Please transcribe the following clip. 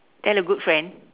tell a good friend